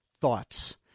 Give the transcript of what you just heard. thoughts